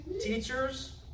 teachers